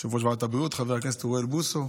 יושב-ראש ועדת הבריאות חבר הכנסת אוריאל בוסו,